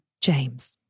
James